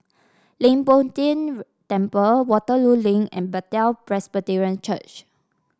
Leng Poh Tian Temple Waterloo Link and Bethel Presbyterian Church